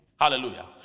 Hallelujah